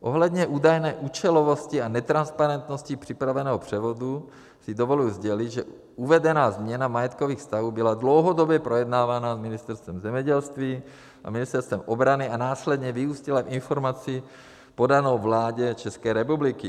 Ohledně údajné účelovosti a netransparentnosti připraveného převodu si dovoluji sdělit, že uvedená změna majetkových vztahů byla dlouhodobě projednávaná s Ministerstvem zemědělství a Ministerstvem obrany a následně vyústila v informaci podanou vládě České republiky.